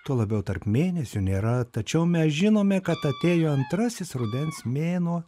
tuo labiau tarp mėnesių nėra tačiau mes žinome kad atėjo antrasis rudens mėnuo